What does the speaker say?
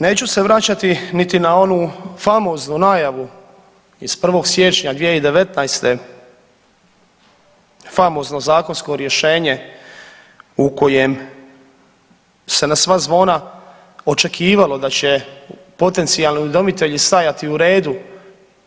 Neću se vraćati niti na onu famoznu najavu iz 1. Siječnja 2019., famozno zakonsko rješenje u kojem se na sva zvona očekivalo da će potencionalni udomitelji stajati u redu